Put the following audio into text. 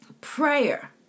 Prayer